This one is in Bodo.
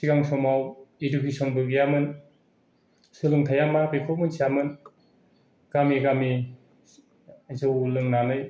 सिगां समाव इडुकेसनबो गैयामोन सोलोंथाया मा बेखौ मोन्थियामोन गामि गामि जौ लोंनानै